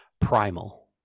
primal